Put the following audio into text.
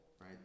right